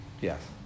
Yes